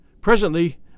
Presently